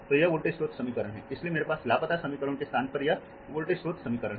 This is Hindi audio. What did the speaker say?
तो यह वोल्टेज स्रोत समीकरण है इसलिए मेरे पास लापता समीकरणों के स्थान पर यह वोल्टेज स्रोत समीकरण है